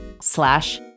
slash